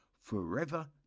forever